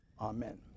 Amen